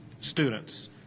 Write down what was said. students